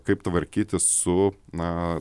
kaip tvarkytis su na